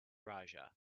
raja